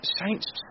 Saints